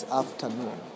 afternoon